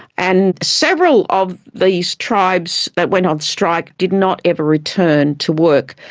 and several of these tribes that went on strike did not ever return to work.